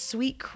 Sweet